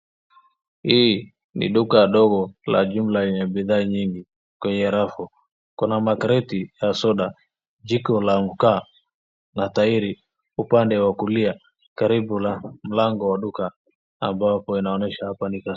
Hii ni duka ndogo la jumla yenye bidhaa nyingi kweney rafu, na makreti ya soda, jiko la makaa na tairi upande wa kulia, karibu na mlango wa duka ambapo inaonyesha hapa ni.